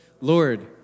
Lord